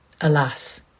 Alas